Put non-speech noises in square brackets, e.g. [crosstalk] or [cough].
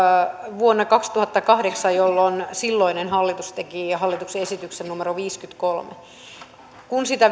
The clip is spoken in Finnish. vuonna kaksituhattakahdeksan jolloin silloinen hallitus teki hallituksen esityksen numero viisikymmentäkolme ja sitä [unintelligible]